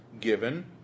given